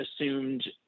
assumed